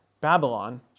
Babylon